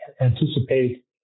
anticipate